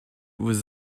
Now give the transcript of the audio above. was